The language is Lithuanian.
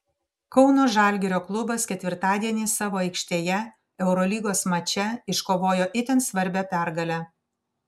kauno žalgirio klubas ketvirtadienį savo aikštėje eurolygos mače iškovojo itin svarbią pergalę